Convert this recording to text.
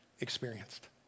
experienced